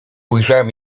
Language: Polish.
ujrzałem